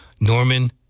Norman